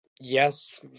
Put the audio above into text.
yes